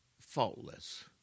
faultless